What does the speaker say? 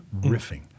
riffing